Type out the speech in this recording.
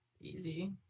Easy